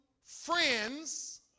friends